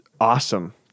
awesome